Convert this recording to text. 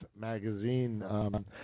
magazine